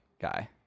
guy